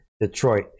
Detroit